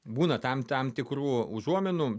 būna tam tam tikrų užuominų